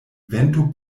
vento